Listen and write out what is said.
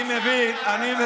הם מפריעים לי, אדוני היושב-ראש.